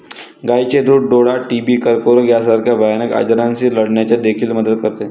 गायीचे दूध डोळा, टीबी, कर्करोग यासारख्या भयानक आजारांशी लढण्यास देखील मदत करते